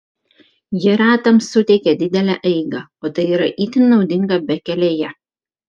ji ratams suteikia didelę eigą o tai yra itin naudinga bekelėje